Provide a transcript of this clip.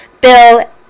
Bill